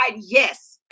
yes